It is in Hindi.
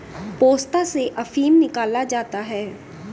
पोस्ता से अफीम निकाला जाता है